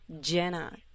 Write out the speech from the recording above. Jenna